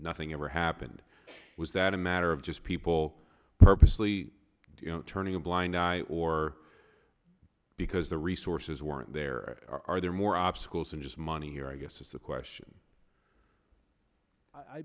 nothing ever happened was that a matter of just people purposely turning a blind eye or because the resources weren't there are there more obstacles and just money here i guess is a question i